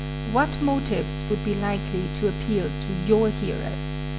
what motives would be likely to appeal to your hearers?